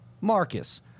Marcus